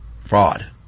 Fraud